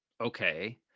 Okay